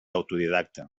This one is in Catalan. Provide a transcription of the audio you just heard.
autodidacta